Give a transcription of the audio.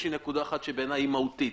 יש לי נקודה אחת שבעיניי היה מהותית,